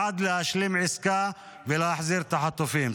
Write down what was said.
בעד להשלים עסקה ולהחזיר את החטופים.